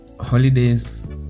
holidays